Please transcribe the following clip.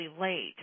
late